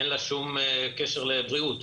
אין לה שום קשר לבריאות.